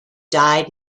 died